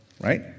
Right